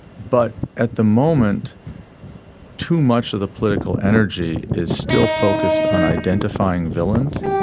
but at the moment too much of the political energy is still focused on identifying villains.